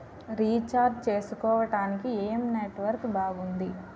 Recharge చేసుకోవటానికి ఏం network బాగుంది?